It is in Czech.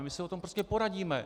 My se o tom prostě poradíme.